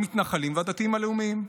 המתנחלים והדתיים הלאומיים.